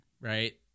right